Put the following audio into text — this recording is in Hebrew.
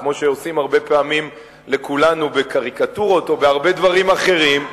כמו שעושים הרבה פעמים לכולנו בקריקטורות או בהרבה דברים אחרים.